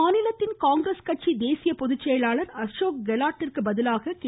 அம்மாநில காங்கிரஸ் கட்சியின் தேசிய பொதுச்செயலாளர் அசோக் கெலாட்டிற்கு பதிலாக கே